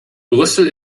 brüssel